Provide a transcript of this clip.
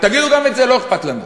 תגידו גם את זה, לא אכפת לנו.